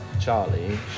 Charlie